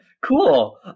cool